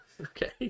Okay